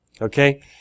Okay